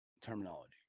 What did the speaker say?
terminology